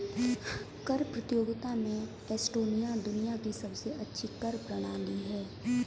कर प्रतियोगिता में एस्टोनिया दुनिया की सबसे अच्छी कर प्रणाली है